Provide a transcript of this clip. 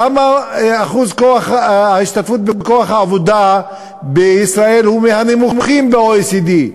למה אחוז ההשתתפות בכוח העבודה בישראל הוא מהנמוכים ב-OECD?